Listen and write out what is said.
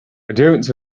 adherents